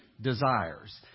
desires